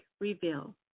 reveal